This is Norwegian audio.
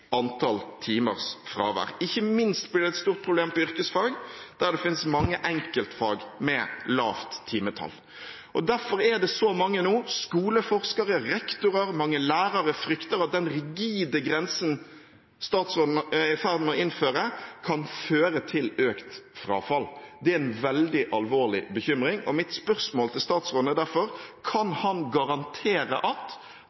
antall timers fravær. Ikke minst blir det et stort problem på yrkesfag, der det finnes mange enkeltfag med lavt timetall. Derfor er det så mange nå – skoleforskere, rektorer, lærere – som frykter at den rigide grensen statsråden er i ferd med å innføre, kan føre til økt frafall. Det er en veldig alvorlig bekymring, og mitt spørsmål til statsråden er derfor: Kan han garantere at